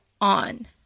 on